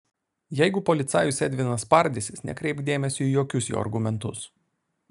jeigu policajus edvinas spardysis nekreipk dėmesio į jokius jo argumentus